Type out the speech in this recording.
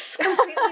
completely